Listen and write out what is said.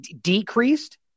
decreased